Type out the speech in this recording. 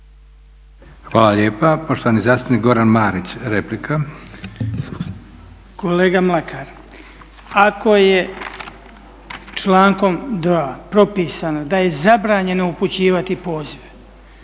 Hvala lijepa. Poštovani zastupnik Goran Marić, replika. **Marić, Goran (HDZ)** Kolega Mlakar, ako je člankom 2.propisano da je zabranjeno upućivati pozive,